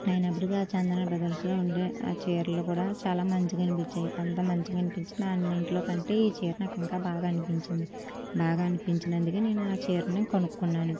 అయినప్పటికి ఆ చందాన బ్రదర్స్లో ఉండే ఆ చీరలు కూడా చాలా మంచిగా అనిపించాయి అంతగా మంచిగా అనిపించిన అన్నింటిలో కంటే ఈ చీర నాకు ఇంకా బాగా అనిపించింది బాగా అనిపించినందుకు నేను ఆ చీరను కొనుక్కున్నాను